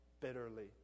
bitterly